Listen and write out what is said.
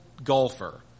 Golfer